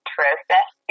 Process